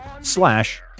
slash